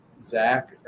Zach